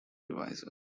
devices